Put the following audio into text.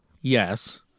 yes